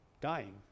dying